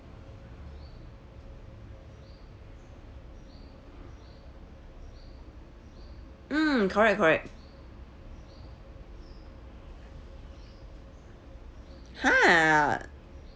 mm correct correct !huh!